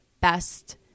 best